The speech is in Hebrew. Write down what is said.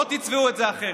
לא תצבעו את זה אחרת.